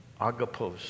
agapos